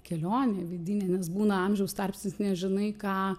kelionė vidinė nes būna amžiaus tarpsnis nežinai ką